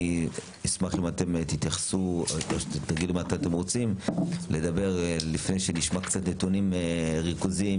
אשמח אם אתם תתייחסו לפני שנשמע קצת נתונים ריכוזיים,